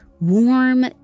warm